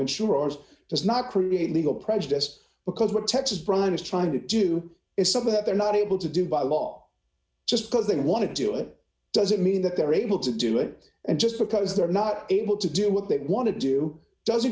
insurance does not create legal prejudice because what texas brine is trying to do is something that they're not able to do by law just because they want to do it doesn't mean that they're able to do it and just because they're not able to do what they want to do doesn't